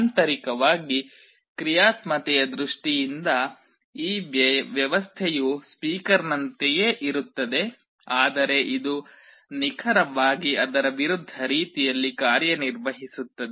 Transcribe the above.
ಆಂತರಿಕವಾಗಿ ಕ್ರಿಯಾತ್ಮಕತೆಯ ದೃಷ್ಟಿಯಿಂದ ಈ ವ್ಯವಸ್ಥೆಯು ಸ್ಪೀಕರ್ನಂತೆಯೇ ಇರುತ್ತದೆ ಆದರೆ ಇದು ನಿಖರವಾಗಿ ಅದರ ವಿರುದ್ಧ ರೀತಿಯಲ್ಲಿ ಕಾರ್ಯನಿರ್ವಹಿಸುತ್ತದೆ